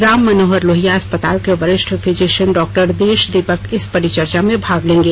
राममनोहर लोहिया अस्पताल के वरिष्ठ फिजीशियन डॉक्टर देश दीपक इस परिचर्चा में भाग लेंगे